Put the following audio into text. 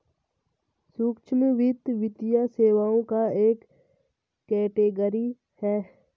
सूक्ष्म वित्त, वित्तीय सेवाओं का एक कैटेगरी है